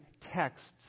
texts